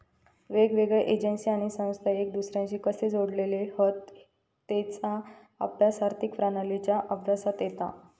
येगयेगळ्या एजेंसी आणि संस्था एक दुसर्याशी कशे जोडलेले हत तेचा अभ्यास आर्थिक प्रणालींच्या अभ्यासात येता